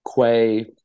Quay